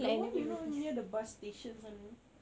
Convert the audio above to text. the one you know near the bus station sana